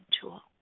tool